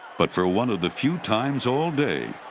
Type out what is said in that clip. but for one of the few times all day,